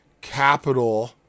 capital